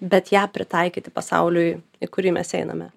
bet ją pritaikyti pasauliui į kurį mes einame